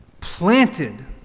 planted